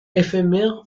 éphémère